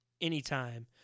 anytime